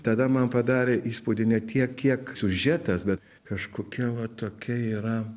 tada man padarė įspūdį ne tiek kiek siužetas bet kažkokia va tokia yra